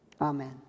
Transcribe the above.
Amen